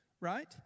right